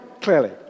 clearly